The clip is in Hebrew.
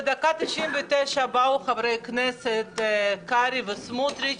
בדקה ה-99 באו חברי הכנסת קרעי וסמוטריץ',